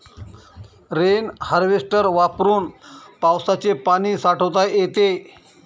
rain harvester वापरून पावसाचे पाणी साठवता येते